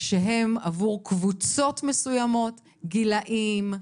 שהם עבור קבוצות מסוימות: גילאים,